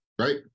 Right